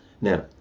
now